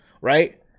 Right